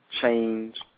change